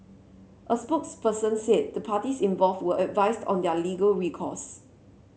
a spokesperson said the parties involved were advised on their legal recourse